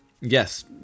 yes